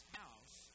house